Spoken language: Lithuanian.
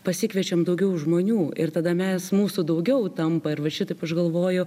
pasikviečiam daugiau žmonių ir tada mes mūsų daugiau tampa ir va šitaip aš galvoju